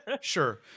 sure